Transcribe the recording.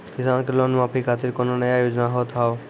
किसान के लोन माफी खातिर कोनो नया योजना होत हाव?